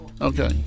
okay